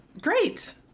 Great